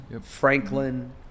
Franklin